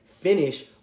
Finish